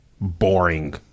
Boring